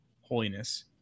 holiness